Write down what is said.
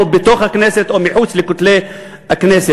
או בתוך הכנסת או מחוץ לכותלי הכנסת.